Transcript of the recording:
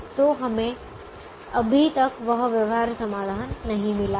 तो हमें अभी तक वह व्यवहार्य समाधान नहीं मिला है